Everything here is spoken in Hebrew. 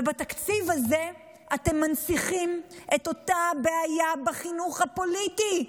ובתקציב הזה אתם מנציחים את אותה הבעיה בחינוך הפוליטי.